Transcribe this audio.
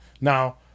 Now